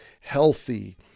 healthy